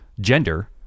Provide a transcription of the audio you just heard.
gender